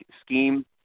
scheme